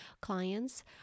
clients